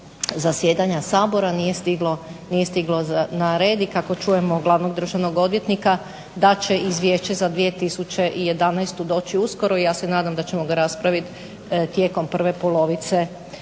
zasjedanja Sabora, nije stiglo na red i kako čujemo glavnog državnog odvjetnika da će izvješće za 2011. doći uskoro i ja se nadam da ćemo ga raspraviti tijekom prve polovice